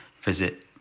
Visit